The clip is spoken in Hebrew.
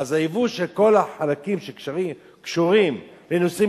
אז הייבוא של כל החלקים שקשורים לנושאים